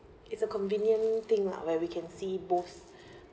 it's a convenient thing lah where we can see both